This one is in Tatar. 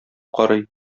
карый